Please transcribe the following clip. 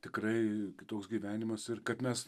tikrai kitoks gyvenimas ir kad mes